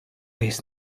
jest